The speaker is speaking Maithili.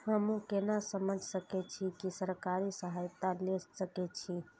हमू केना समझ सके छी की सरकारी सहायता ले सके छी?